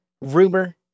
rumor